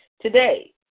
Today